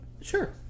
Sure